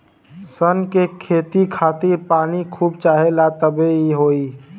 सन के खेती खातिर पानी खूब चाहेला तबे इ होई